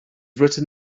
written